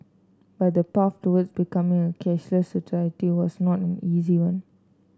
but the path towards becoming a cashless society was not an easy one